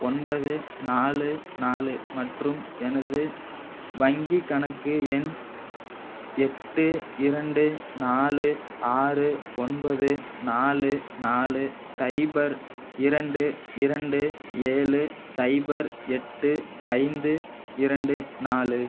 ஒன்பது நாலு நாலு மற்றும் எனது வங்கிக் கணக்கு எண் எட்டு இரண்டு நாலு ஆறு ஒன்பது நாலு நாலு சைபர் இரண்டு இரண்டு ஏழு சைபர் எட்டு ஐந்து இரண்டு நாலு